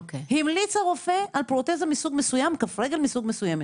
המליץ הרופא על פרוטזה מסוג מסוים או כף רגל מסוג מסוים.